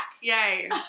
Yay